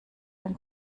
ein